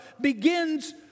begins